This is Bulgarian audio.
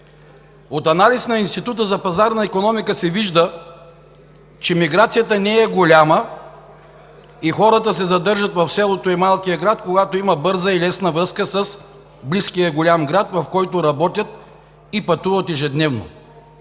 От анализ на Института за пазарна икономика се вижда, че миграцията не е голяма и хората се задържат в селото и малкия град, когато има и лесна връзка с близкия голям град, в който работят и пътуват ежедневно.